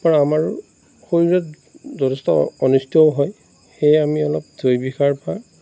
পৰা আমাৰ শৰীৰত যথেষ্ট অনিষ্টও হয় সেয়ে আমি অলপ জৈৱিক সাৰৰ পৰা